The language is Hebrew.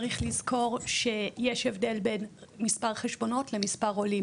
צריך לזכור שיש הבדל בין מספר חשבונות למספר עולים,